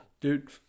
dude